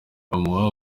bamuha